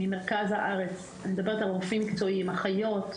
אני מדברת על רופאים מקצועיים, אחיות,